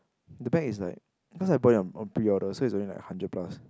the bag is like because I bought it on on pre order so it was only like hundred plus